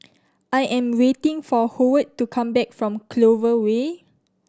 I am waiting for Howard to come back from Clover Way